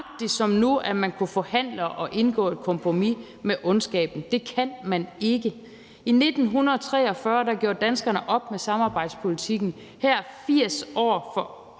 som nu, at man kunne forhandle og indgå et kompromis med ondskaben, men det kan man ikke. I 1943 gjorde danskerne op med samarbejdspolitikken, og her 80 år for